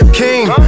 king